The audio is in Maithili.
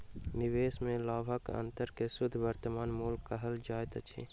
निवेश में लाभक अंतर के शुद्ध वर्तमान मूल्य कहल जाइत अछि